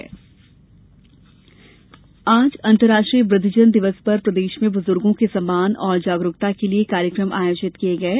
वुद्धजन दिवस आज अंतर्राष्ट्रीय वृद्धजन दिवस पर प्रदेश में बुजुर्गो के सम्मान और जागरूकता के लिए कार्यक्रम आयोजित किये गये